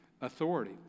authority